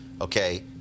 okay